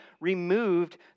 removed